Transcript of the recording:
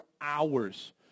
hours